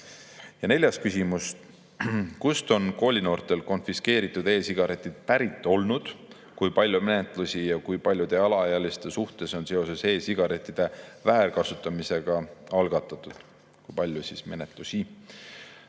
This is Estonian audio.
Ja neljas küsimus: kust on koolinoortelt konfiskeeritud e‑sigaretid pärit olnud? Kui palju menetlusi ja kui paljude alaealiste suhtes on seoses e‑sigarettide väärkasutamisega algatatud? Kui palju siis menetlusi